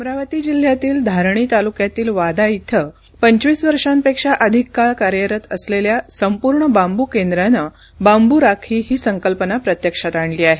अमरावती जिल्ह्यातील धारणी तालुक्यातील वादा इथं पंचवीस वर्षापेक्षा अधिक काळ कार्यरत असलेल्या संपूर्ण बांबू केंद्रानं बांबू राखी ही संकल्पना प्रत्यक्षात आणली आहे